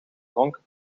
dronken